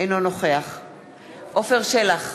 אינו נוכח עפר שלח,